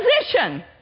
position